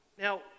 Now